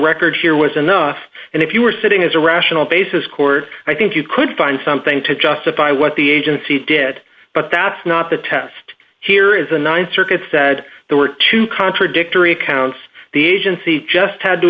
record here was enough and if you were sitting as a rational basis court i think you could find something to justify what the agency did but that's not the test here is the th circuit said there were two contradictory accounts the agency just had to